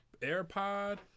AirPod